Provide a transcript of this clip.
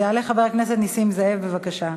אז יעלה חבר הכנסת נסים זאב, בבקשה.